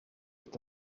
est